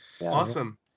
awesome